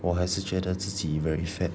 我还是觉得自己 very fat